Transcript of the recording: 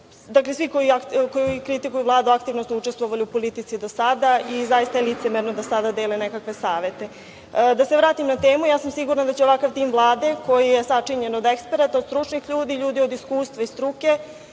Dakle, svi koji kritikuju Vladu aktivno su učestvovali u politici do sada i zaista je licemerno da sada dele nekakve savete. Da se vratim na temu. Sigurna sam da će ovakav tim Vlade, koji je sačinjen od eksperata, stručnih ljudi, ljudi od iskustva i struke,